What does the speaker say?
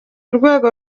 rwego